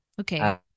Okay